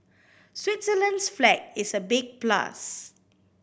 Switzerland's flag is a big plus